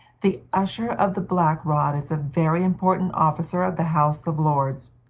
the usher of the black rod is a very important officer of the house of lords.